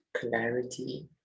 clarity